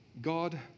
God